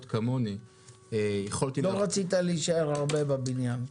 כמוני --- לא רצית להישאר הרבה בבניין.